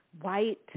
white